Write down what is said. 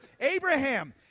Abraham